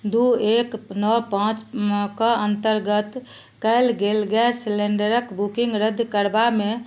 दू एक नओ पाँचके अन्तर्गत कयल गेल गैस सिलेंडरक बुकिंग रद्द करबामे